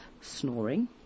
snoring